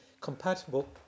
compatible